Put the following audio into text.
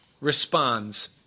responds